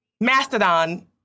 mastodon